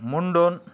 ముండోన్